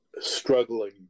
struggling